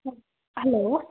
hello